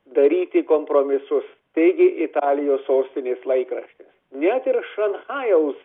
daryti kompromisus teigė italijos sostinės laikraštis net ir šanchajaus